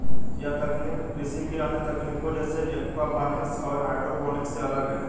यह तकनीक कृषि की अन्य तकनीकों जैसे एक्वापॉनिक्स और हाइड्रोपोनिक्स से अलग है